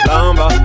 Lamba